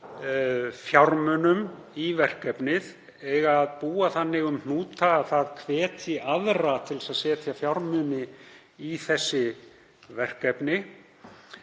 fjármunum í verkefnið og að búa þannig um hnútana að það hvetji aðra til að setja fjármuni í þessi verkefni.